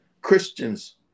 Christians